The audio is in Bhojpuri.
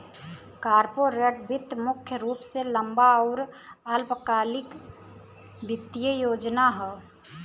कॉर्पोरेट वित्त मुख्य रूप से लंबा आउर अल्पकालिक वित्तीय योजना हौ